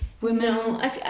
women